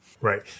Right